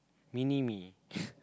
mini me